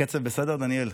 הקצב בסדר, דניאל?